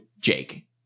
Jake